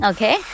Okay